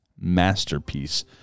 masterpiece